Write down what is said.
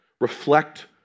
reflect